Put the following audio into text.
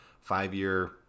five-year